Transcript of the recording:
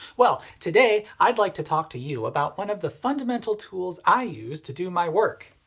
well, today i'd like to talk to you about one of the fundamental tools i use to do my work.